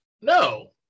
No